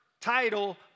title